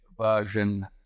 version